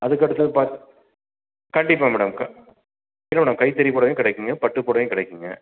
அதுக்கடுத்தது பாத் கண்டிப்பாக மேடம் க இல்லை மேடம் கைத்தறி புடவயும் கிடைக்குங்க பட்டு புடவயும் கிடைக்குங்க